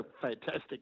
fantastic